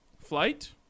flight